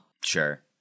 Sure